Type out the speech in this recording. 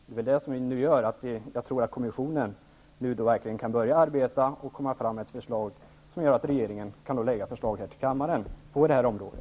Det gör att kommissionen verkligen kan börja arbeta för att komma med ett förslag utifrån vilket regeringen kan lägga fram ett förslag här i kammaren.